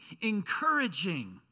encouraging